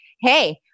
hey